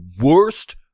worst